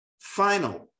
Final